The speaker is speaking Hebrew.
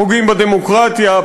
פוגעים בדמוקרטיה,